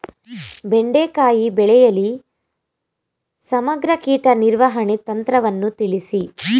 ಬೆಂಡೆಕಾಯಿ ಬೆಳೆಯಲ್ಲಿ ಸಮಗ್ರ ಕೀಟ ನಿರ್ವಹಣೆ ತಂತ್ರವನ್ನು ತಿಳಿಸಿ?